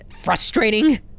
frustrating